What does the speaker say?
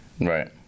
Right